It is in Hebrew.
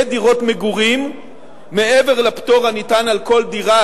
דירות מגורים מעבר לפטור הניתן על כל דירה,